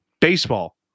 Baseball